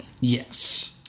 Yes